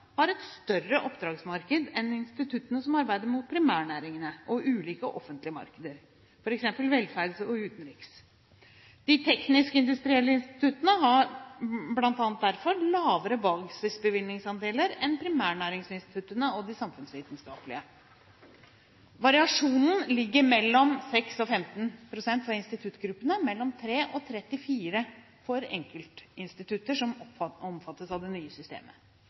har et større oppdragsmarked enn instituttene som arbeider mot primærnæringene og ulike offentlige markeder, f.eks. velferd og utenriks. De teknisk-industrielle instituttene har bl.a. derfor lavere basisbevilgningsandeler enn primærnæringsinstituttene og de samfunnsvitenskapelige. Variasjonen ligger på mellom 6 og 15 pst. for instituttgruppene og mellom 3 og 34 pst. for enkeltinstitutter som omfattes av det nye systemet.